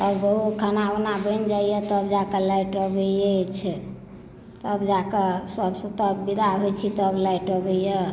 आ खाना ओना बनि जाइया तब जाकऽ लाइट अबै अछि तब जाकऽ सभ सुतब विदा होइ छी तब लाइट अबैया